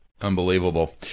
Unbelievable